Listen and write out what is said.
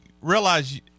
realize